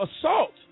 assault